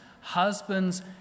husbands